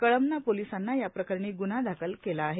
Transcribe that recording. कळमना पोलिसांना या प्रकरणी ग्रन्हा दाखल केला आहे